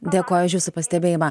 dėkoju už jūsų pastebėjimą